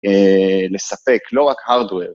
לספק לא רק הארד-וור.